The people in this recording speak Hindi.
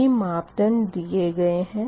सभी मापदंड दिए गए है